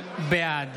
בעד